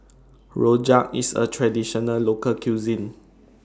Rojak IS A Traditional Local Cuisine